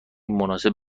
مناسب